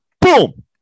Boom